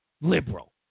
liberal